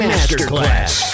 Masterclass